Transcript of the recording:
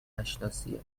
نشناسیه